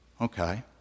Okay